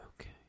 Okay